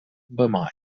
bemoll